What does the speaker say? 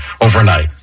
overnight